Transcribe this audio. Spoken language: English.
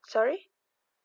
sorry